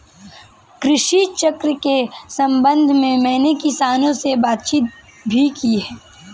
कृषि चक्र के संबंध में मैंने किसानों से बातचीत भी की है